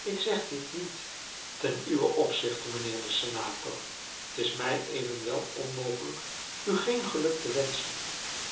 ik zeg dit niet ten uwen opzichte mijnheer de senator t is mij evenwel onmogelijk u geen geluk te wenschen